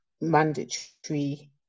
mandatory